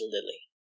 Lily